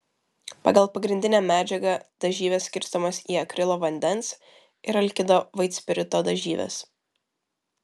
pagal pagrindinę medžiagą dažyvės skirstomos į akrilo vandens ir alkido vaitspirito dažyves